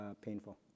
painful